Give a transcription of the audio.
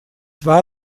war